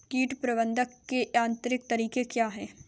कीट प्रबंधक के यांत्रिक तरीके क्या हैं?